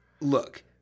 Look